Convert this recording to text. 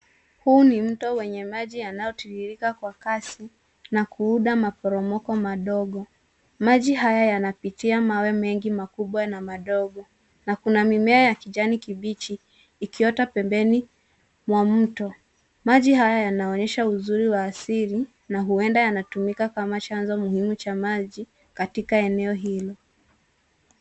Huu ni mto wenye maji yanayotiririka kwa kasi na kuunda maporomoko madogo ,maji haya yanapita mawe mengi makubwa na madogo na kuna mimea ya kijani kibichi ikiota pembeni mwa mto, maji haya yanaonyesha uzuri wa asili na huenda yanatumika kama chanzo muhimu cha maji katika eneo hili.